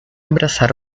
abraçar